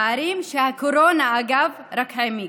פערים שהקורונה, אגב, רק העמיקה.